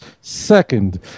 second